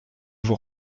vous